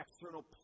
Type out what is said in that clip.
external